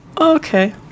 Okay